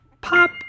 pop